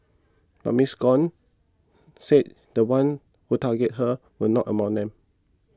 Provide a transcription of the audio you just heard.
but Miss Gong said the ones who targeted her were not among them